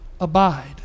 Abide